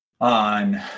on